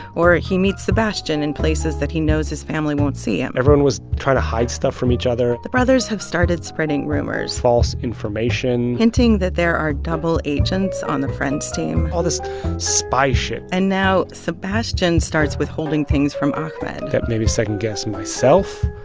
or he meets sebastian in places that he knows his family won't see him everyone was trying to hide stuff from each other the brothers have started spreading rumors. false information. hinting that there are double agents on the friends team all this spy s and now sebastian starts withholding things from ahmed that made me second-guess myself,